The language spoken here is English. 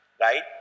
right